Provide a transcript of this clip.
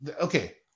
okay